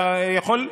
אתה יכול,